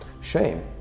Shame